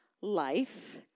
Life